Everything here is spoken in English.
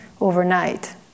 overnight